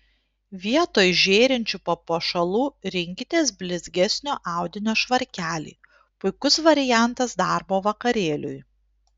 vietoj žėrinčių papuošalų rinkitės blizgesnio audinio švarkelį puikus variantas darbo vakarėliui